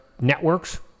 networks